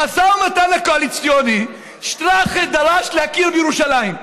במשא ומתן הקואליציוני שטראכה דרש להכיר בירושלים.